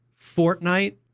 Fortnite